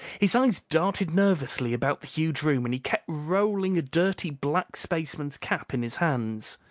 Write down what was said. his eyes darted nervously about the huge room, and he kept rolling a dirty black spaceman's cap in his hands.